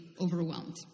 overwhelmed